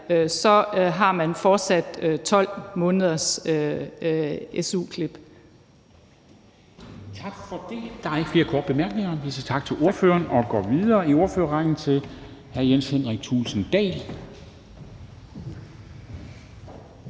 har man fortsat 12 måneders su-klip.